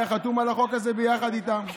היה חתום על החוק הזה ביחד איתם.